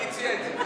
מי הציע את זה?